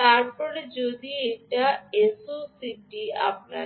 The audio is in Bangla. তারপরে বলি যে এসওসিটি আমরা